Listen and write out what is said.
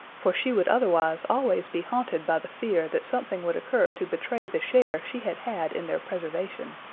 for she would otherwise always be haunted by the fear that something would occur to betray the share she had had in their preservation.